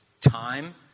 Time